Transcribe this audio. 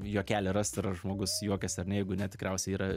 juokelį rast ir ar žmogus juokiasi ar ne jeigu ne tikriausiai yra